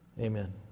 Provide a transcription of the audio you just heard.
Amen